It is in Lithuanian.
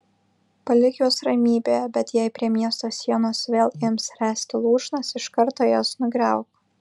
palik juos ramybėje bet jei prie miesto sienos vėl ims ręsti lūšnas iš karto jas nugriauk